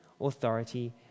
authority